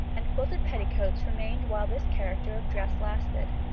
and quilted petticoats remained while this character of dress lasted.